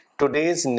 today's